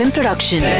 Production